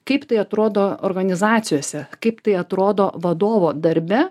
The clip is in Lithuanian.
kaip tai atrodo organizacijose kaip tai atrodo vadovo darbe